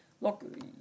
look